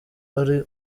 ari